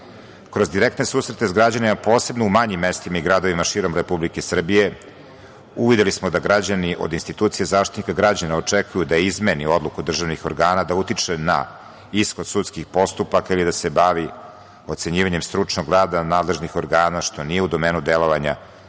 direktne susrete s građanima, posebno u manjim mestima i gradovima širom Republike Srbije, uvideli smo da građani od institucije Zaštitnika građana očekuju da izmeni odluku državnih organa, da utiče na ishod sudskih postupaka ili da se bavi ocenjivanjem stručnog rada nadležnih organa što nije u domenu delovanja